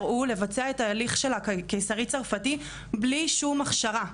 הוא לבצע את ההליך של הקיסרי צרפתי בלי שום הכשרה.